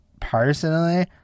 personally